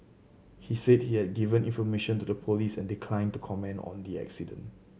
he said he had given information to the police and declined to comment on the accident